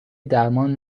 درمان